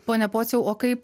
pone pociau o kaip